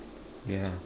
yeah